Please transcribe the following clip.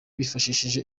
bifashishije